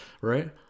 right